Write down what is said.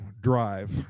drive